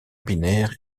binaire